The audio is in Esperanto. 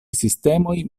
sistemoj